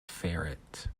ferret